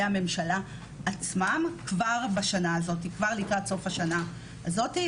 הממשלה עצמם כבר לקראת סוף השנה הזאת.